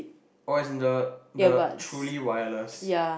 oh it's in the the truly wireless